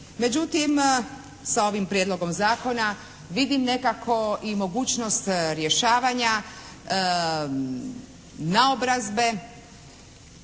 Međutim sa ovim Prijedlogom zakona vidim nekako i mogućnost rješavanja naobrazbe